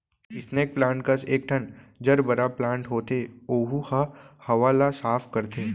snake plant कस एकठन gerbera plant होथे ओहू ह हवा ल साफ करथे